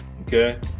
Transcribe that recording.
okay